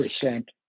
percent